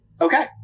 okay